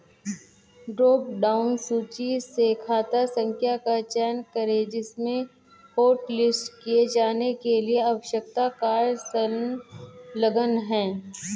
drop down सूची से खाता संख्या का चयन करें जिसमें हॉटलिस्ट किए जाने के लिए आवश्यक कार्ड संलग्न है